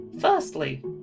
Firstly